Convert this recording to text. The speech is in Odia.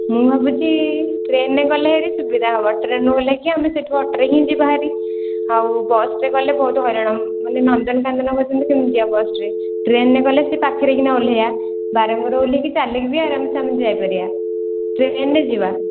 ମୁଁ ଭାବୁଛି ଟ୍ରେନରେ ଗଲେ ଭାରି ସୁବିଧା ହେବ ଟ୍ରେନରୁ ଓହ୍ଲେଇକି ଆମେ ଅଟୋରେ ହିଁ ଯିବା ହାରି ଆଉ ବସରେ ଗଲେ ବହୁତ ହଇରାଣ ମାନେ ନନ୍ଦନକାନନ ପର୍ଯ୍ୟନ୍ତ କେମିତି ଯିବା ବସରେ ଟ୍ରେନରେ ଗଲେ ସେ ପାଖରେ କିନା ଓହ୍ଲେଇବା ବାରଙ୍ଗରୁ ଓହ୍ଲେଇକି ଚାଲିକି ବି ଆମେ ଆରାମ ସେ ଯାଇପାରିବା ଟ୍ରେନରେ ଯିବା